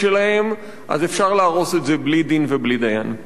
שלהם אפשר להרוס את זה בלי דין ובלי דיין?